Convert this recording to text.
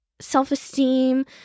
self-esteem